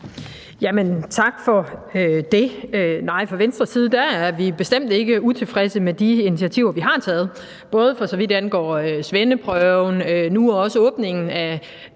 er vi bestemt ikke utilfredse med de initiativer, vi har taget, både for så vidt angår svendeprøven og nu også åbningen af